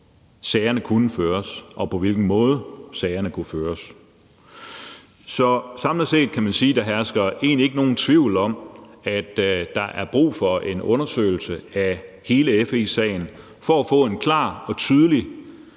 sagerne kunne føres, og på hvilken måde sagerne kunne føres. Så samlet set kan man sige, at der egentlig ikke hersker nogen tvivl om, at der er brug for en undersøgelse af hele FE-sagen for at få en klar og tydelig